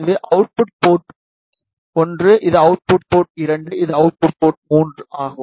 இது output port 1 இது output 2 இது அவுட்புட் 3 ஆகும்